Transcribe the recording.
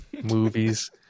movies